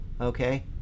Okay